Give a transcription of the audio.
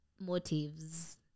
motives